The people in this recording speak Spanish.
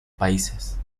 países